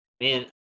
man